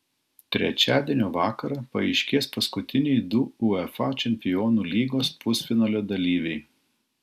trečiadienio vakarą paaiškės paskutiniai du uefa čempionų lygos pusfinalio dalyviai